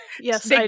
yes